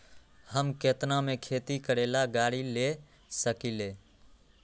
हम केतना में खेती करेला गाड़ी ले सकींले?